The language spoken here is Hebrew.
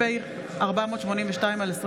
פ/482/25,